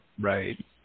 Right